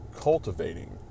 cultivating